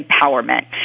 empowerment